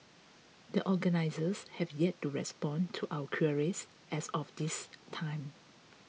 the organisers have yet to respond to our queries as of this time